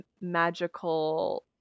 magical